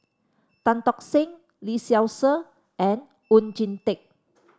Tan Tock Seng Lee Seow Ser and Oon Jin Teik